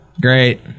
Great